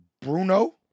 Bruno